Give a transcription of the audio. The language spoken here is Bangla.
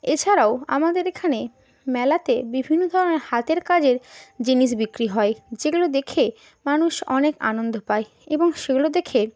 এছাড়াও আমাদের এখানে মেলাতে বিভিন্ন ধরনের হাতের কাজের জিনিস বিক্রি হয় যেগুলো দেখে মানুষ অনেক আনন্দ পায় এবং সেগুলো দেখে